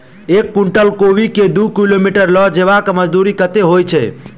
एक कुनटल कोबी केँ दु किलोमीटर लऽ जेबाक मजदूरी कत्ते होइ छै?